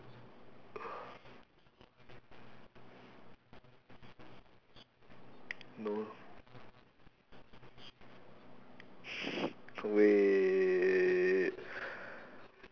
oh wait